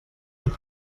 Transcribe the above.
blat